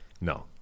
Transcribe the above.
no